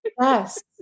Yes